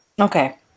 Okay